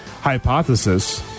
hypothesis